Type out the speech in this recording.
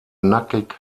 nackig